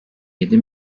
yedi